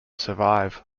survive